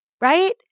right